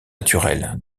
naturelle